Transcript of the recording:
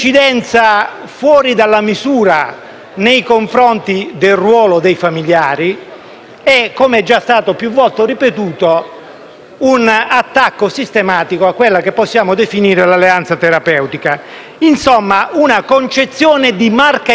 un attacco sistematico a quella che possiamo definire l'alleanza terapeutica. Insomma, una concezione di marca illiberale. Le riflessioni proposte quindi, di coloro che considerano la norma un passo avanti di civiltà,